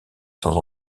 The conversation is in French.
sans